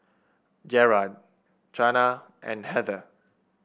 Gerard Chana and Heather